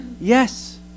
Yes